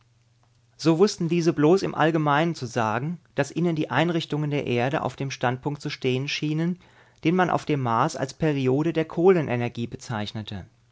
so wußten diese bloß im allgemeinen zu sagen daß ihnen die einrichtungen der erde auf dem standpunkt zu stehen schienen den man auf dem mars als periode der kohlenenergie bezeichnete